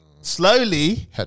Slowly